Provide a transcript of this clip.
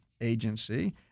agency